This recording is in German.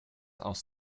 aus